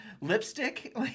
lipstick